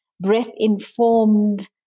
breath-informed